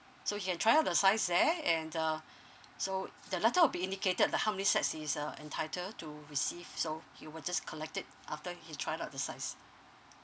so you can try out the size there and uh so the letter will be indicated by how many sets is uh entitled to receive so he will just collect it after he tried out the size